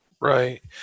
Right